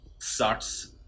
sucks